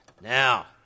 Now